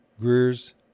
Greer's